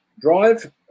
drive